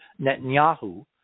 Netanyahu